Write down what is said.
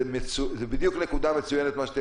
מה שאת העלית זו בדיוק נקודה מצוינת כדי